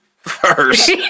first